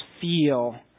feel